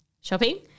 shopping